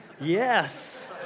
yes